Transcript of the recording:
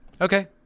Okay